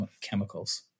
chemicals